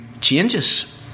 changes